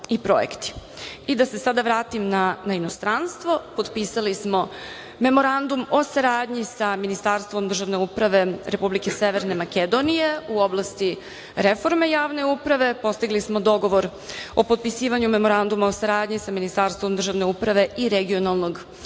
se sada vratim na inostranstvo. Potpisali smo Memorandum o saradnji sa Ministarstvom državne uprave Republike Severne Makedonije u oblasti reforme javne uprave. Postigli smo dogovor o potpisivanju Memoranduma o saradnji sa Ministarstvom državne uprave i regionalnog razvoja